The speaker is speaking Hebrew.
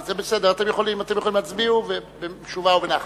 זה בסדר, הצביעו בנחת.